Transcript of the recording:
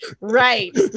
right